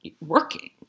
working